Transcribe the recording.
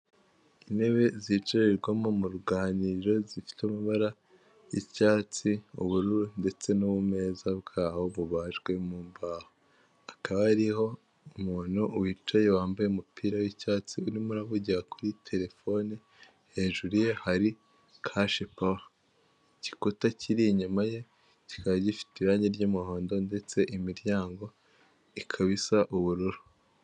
Intebe zicarirwamo mu ruganiriro zifite amabara y'icyatsi, ubururu ndetse n'ubumeza bwaho bubajwe mu mbaho, hakaba hariho umuntu wicaye wambaye umupira w'icyatsi urimo uravugira kuri terefone hejuru ye hari kashipawa, igikuta kiri inyuma ye kikaba gifite irangi ry'umuhondo ndetse imiryango ikaba isa ubururu.